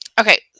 Okay